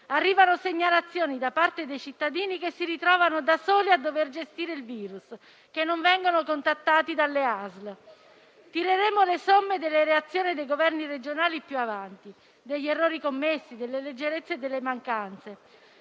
Arrivano segnalazioni da parte dei cittadini che si ritrovano da soli a dover gestire il virus, che non vengono contattati dalle ASL. Tireremo le somme delle reazioni dei governi regionali più avanti, degli errori commessi, delle leggerezze e delle mancanze.